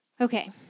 Okay